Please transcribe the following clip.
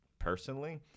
personally